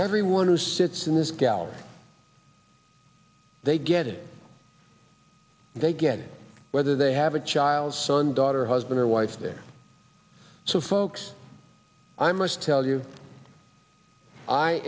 everyone who sits in this gallery they get it they get it whether they have a child son daughter husband or wife their so folks i must tell you i